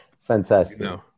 Fantastic